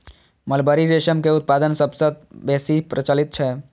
mulberry रेशम के उत्पादन सबसं बेसी प्रचलित छै